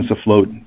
afloat